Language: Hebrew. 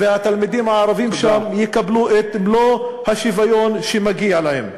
והתלמידים הערבים שם יקבלו את מלוא השוויון שמגיע להם.